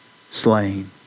slain